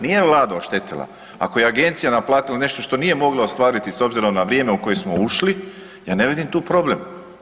Nije Vlada oštetila, ako je Agencija naplatila nešto što nije mogla ostvariti s obzirom na vrijeme u koje smo ušli, ja ne vidim tu problem.